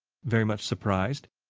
very much surprised.